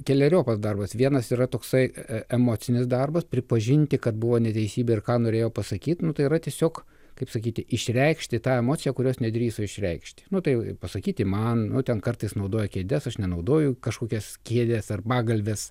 keleriopas darbas vienas yra toksai emocinis darbas pripažinti kad buvo neteisybė ir ką norėjo pasakyt nu tai yra tiesiog kaip sakyti išreikšti tą emociją kurios nedrįso išreikšti nu tai pasakyti man nu ten kartais naudoja kėdes aš nenaudoju kažkokias kėdes ar pagalves